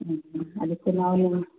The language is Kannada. ಹ್ಞೂ ಹ್ಞೂ ಅದಕ್ಕೆ ನಾವು